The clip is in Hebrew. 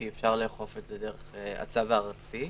כי אפשר לאכוף את זה דרך הצו הארצי.